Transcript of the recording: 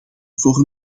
voor